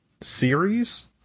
series